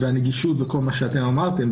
הנגישות וכל מה שאמרתם.